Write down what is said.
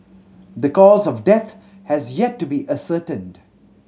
the cause of death has yet to be ascertained